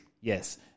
yes